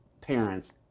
parents